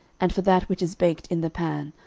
and for that which is baked in the pan,